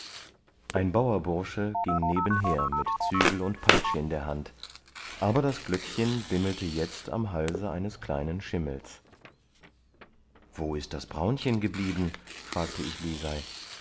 ein bauerbursche ging nebenher mit zügel und peitsche in der hand aber das glöckchen bimmelte jetzt am halse eines kleinen schimmels wo ist das braunchen geblieben fragte ich lisei